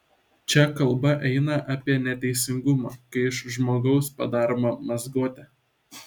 čia kalba eina apie neteisingumą kai iš žmogaus padaroma mazgotė